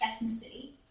ethnicity